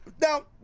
Now